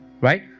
Right